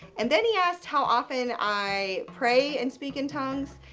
and then he asked how often i pray and speak in tongues.